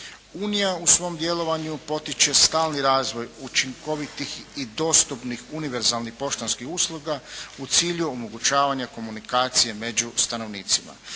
Unija u svom djelovanju potiče stalni razvoj učinkovitih i dostupnih univerzalnih poštanskih usluga u cilju omogućavanja komunikacije među stanovnicima